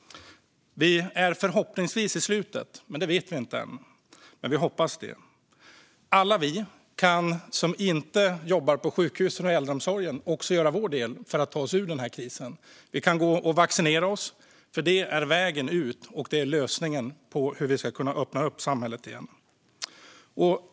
Vi är förhoppningsvis i slutet av den, men det vet vi inte än. Alla vi som inte jobbar på sjukhus och i äldreomsorgen kan också göra vår del för att ta oss ur den här krisen. Vi kan gå och vaccinera oss, för det är vägen ut. Det är lösningen på hur vi ska kunna öppna upp samhället igen.